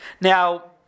Now